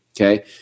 Okay